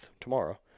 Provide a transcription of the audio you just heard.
tomorrow